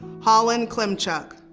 holland klemchuk.